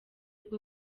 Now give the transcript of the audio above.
bwo